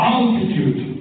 Altitude